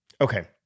Okay